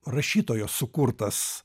rašytojo sukurtas